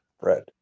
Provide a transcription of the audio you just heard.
bread